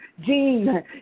gene